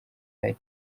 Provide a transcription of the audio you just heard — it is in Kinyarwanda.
hari